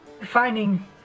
finding